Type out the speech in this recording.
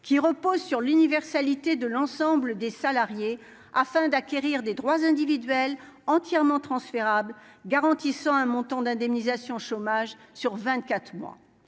qui repose sur l'universalité de l'ensemble des salariés afin d'acquérir des droits individuels entièrement transférables garantissant un montant d'indemnisation chômage sur 24 mois,